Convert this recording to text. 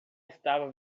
estava